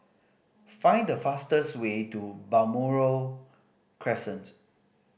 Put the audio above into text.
find the fastest way to Balmoral Crescent